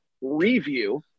review